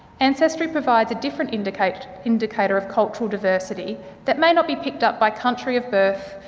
ancestry provides a different indicator indicator of cultural diversity that may not be picked up by country of birth,